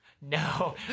No